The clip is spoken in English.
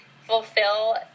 fulfill